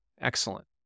excellent